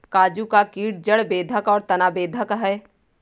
काजू का कीट जड़ बेधक और तना बेधक है